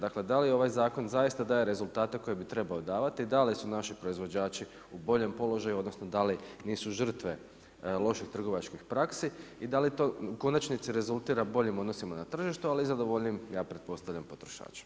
Dakle, da li ovaj zakon zaista daje rezultate koje bi trebao davati, da li su naši proizvođači u bolje položaju, odnosno da li nisu žrtve loših trgovačkih praksi i da li to u konačnici rezultira boljim odnosima na tržištu, ali i zadovoljnijim ja pretpostavljam potrošačem.